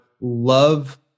love